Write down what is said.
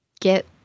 get